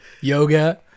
yoga